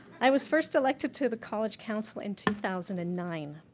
i was first elected to the college council in two thousand and nine.